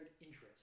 interest